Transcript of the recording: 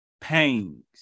pains